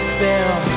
bell